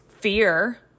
fear